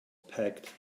packed